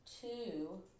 two